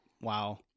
Wow